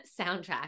soundtrack